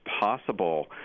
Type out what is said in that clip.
possible